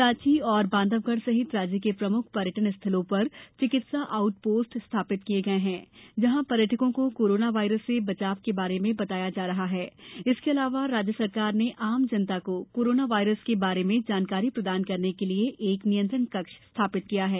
सांची और बांधवगढ़ सहित राज्य के प्रमुख पर्यटन स्थलों पर चिकित्सा आउट पोस्ट स्थापित किए गए हैं जहां पर्यटकों को कोरोना वायरस से बचाव के बारे में बताया जा रहा है इसके अलावा राज्य सरकार ने आम जनता को कोरोना वायरस के बारे में जानकारी प्रदान करने के लिए एक नियंत्रण कक्ष स्थापित किया है